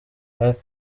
jacques